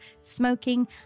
smoking